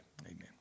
amen